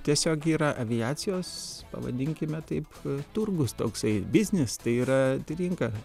tiesiog yra aviacijos pavadinkime taip turgus toksai biznis tai yra rinka